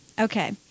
Okay